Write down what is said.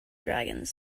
dragons